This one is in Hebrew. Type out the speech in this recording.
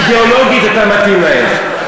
אידיאולוגית אתה מתאים להם.